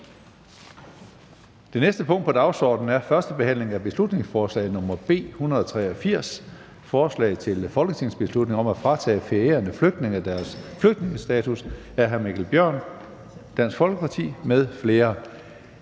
Det næste punkt på dagsordenen er: 15) 1. behandling af beslutningsforslag nr. B 183: Forslag til folketingsbeslutning om at fratage ferierejsende flygtninge deres flygtningestatus. Af Mikkel Bjørn (DF) m.fl.